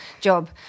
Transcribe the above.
job